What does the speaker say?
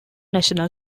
national